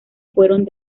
fueron